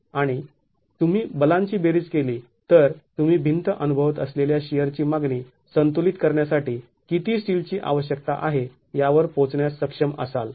आणि जर तुम्ही बलांची बेरीज केली तर तुम्ही भिंत अनुभवत असलेल्या शिअरची मागणी संतुलित करण्यासाठी किती स्टीलची आवश्यकता आहे यावर पोहोचण्यास सक्षम असाल